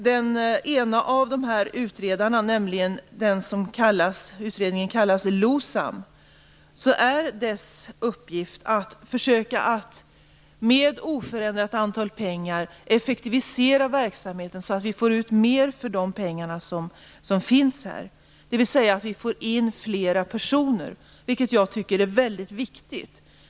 Den ena av utredningarna har i uppgift att försöka att med en oförändrad mängd pengar effektivisera verksamheten så att vi få ut mer för pengarna, dvs. att vi får in flera personer, vilket jag tycker är väldigt viktigt.